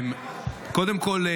קודם כול,